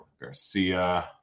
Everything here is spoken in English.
Garcia